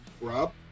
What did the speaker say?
Rob